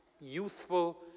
youthful